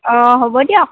অঁ হ'ব দিয়ক